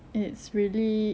it's really